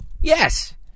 yes